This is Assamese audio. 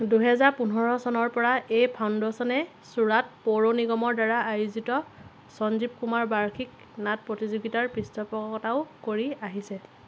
দুহেজাৰ পোন্ধৰ চনৰ পৰা এই ফাউণ্ডেশ্যনে চুৰাট পৌৰ নিগমৰ দ্বাৰা আয়োজিত সঞ্জীৱ কুমাৰ বাৰ্ষিক নাট প্ৰতিযোগিতাৰ পৃষ্ঠপোষকতাও কৰি আহিছে